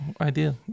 idea